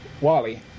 Wally